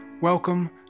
Welcome